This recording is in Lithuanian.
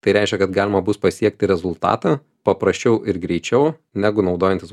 tai reiškia kad galima bus pasiekti rezultatą paprasčiau ir greičiau negu naudojantis